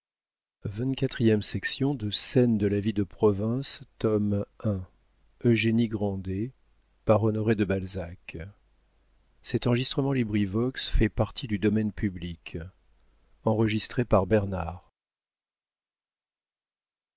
de scène de la vie de province tome i author honoré de balzac